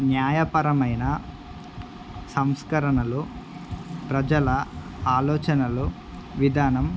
న్యాయపరమైన సంస్కరణలు ప్రజల ఆలోచనలు విధానం